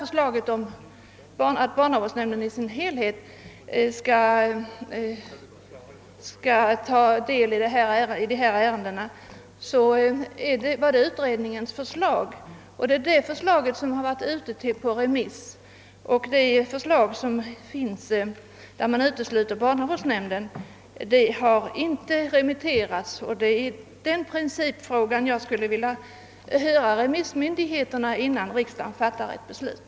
Förslaget att barnavårdsnämnden i dess helhet skall ta del i dessa ärenden har framförts av utredningen. Dessa förslag har varit ute på remiss, men det förslag som utesluter barnavårdsnämnden har inte remissbehandlats. Det är just i denna principfråga som jag skulle vilja att remissmyndigheterna hördes innan riksdagen fattar något beslut.